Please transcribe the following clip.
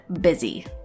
busy